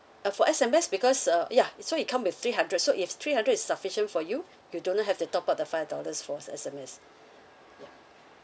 uh for S_M_S because uh ya it so it come with three hundred so if three hundred is sufficient for you you do not have to top up the five dollars fors S_M_S ya